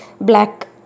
black